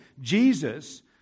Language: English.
jesus